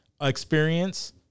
experience